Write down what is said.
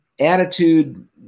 attitude